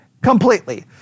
completely